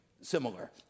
similar